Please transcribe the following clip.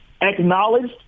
acknowledged